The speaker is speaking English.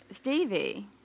Stevie